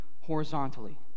horizontally